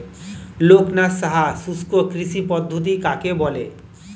লোকনাথ সাহা শুষ্ককৃষি পদ্ধতি কাকে বলে?